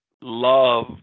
love